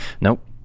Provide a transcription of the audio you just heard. Nope